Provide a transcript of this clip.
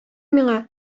миңа